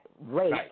rate